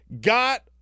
got